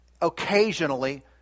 occasionally